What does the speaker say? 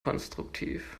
konstruktiv